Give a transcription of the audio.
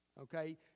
Okay